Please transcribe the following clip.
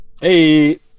Hey